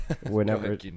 Whenever